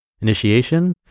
Initiation